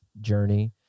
journey